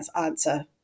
answer